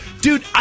dude